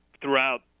throughout